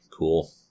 Cool